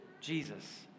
Jesus